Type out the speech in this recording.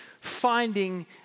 finding